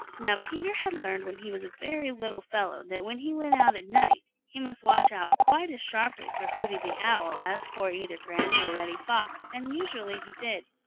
now peter had learned when he was a very little fellow that when he went out at night, he must watch out quite as sharply for hooty the owl as for either granny or reddy fox, and usually he did.